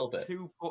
two